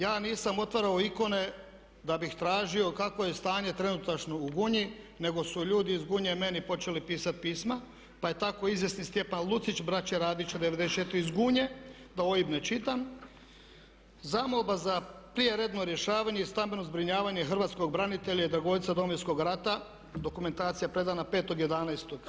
Ja nisam otvarao ikone da bih tražio kakvo je stanje trenutačno u Gunji, nego su ljudi iz Gunje meni počeli pisati pisma pa je tako izvjesni Stjepan Lucić, braće Radića 94 iz Gunje da OIB ne čitam, zamolba za prije redno rješavanje i stambeno zbrinjavanje hrvatskog branitelja i dragovoljca Domovinskog rata, dokumentacija predana 5.11.